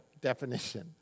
definition